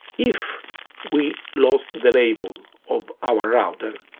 if we lost the label of our router,